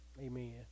Amen